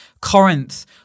Corinth